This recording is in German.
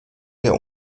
der